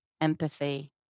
empathy